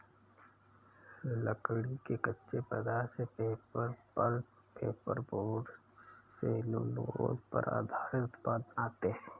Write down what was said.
लकड़ी के कच्चे पदार्थ से paper, pulp, paper board, cellulose पर आधारित उत्पाद बनाते हैं